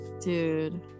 Dude